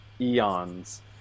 eons